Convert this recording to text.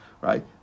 right